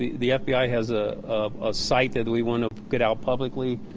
the fbi has a um ah site that we want to get out publicly.